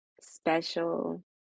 special